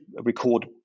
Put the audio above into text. record